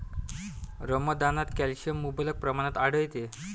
रमदानात कॅल्शियम मुबलक प्रमाणात आढळते